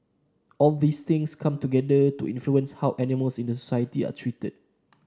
all these things come together to influence how animals in the society are treated